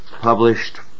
published